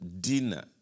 dinner